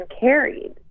carried